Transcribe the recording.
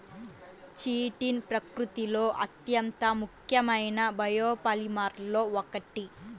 chitin ప్రకృతిలో అత్యంత ముఖ్యమైన బయోపాలిమర్లలో ఒకటి